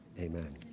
Amen